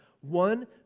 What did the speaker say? One